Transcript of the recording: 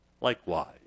Likewise